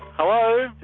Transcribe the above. hello?